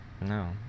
No